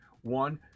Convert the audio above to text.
One